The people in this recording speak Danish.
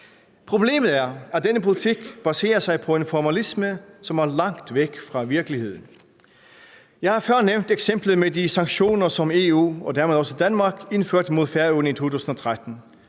Problemet er, at denne politik baserer sig på en formalisme, som er langt væk fra virkeligheden. Jeg har før nævnt eksemplet med de sanktioner, som EU – og dermed også Danmark – indførte mod Færøerne i 2013.